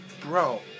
bro